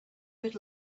bit